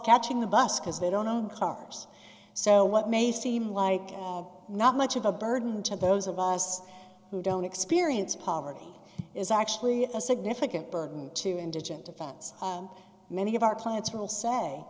catching the bus because they don't own cars so what may seem like not much of a burden to those of us who don't experience poverty is actually a significant burden to indigent defense and many of our clients will say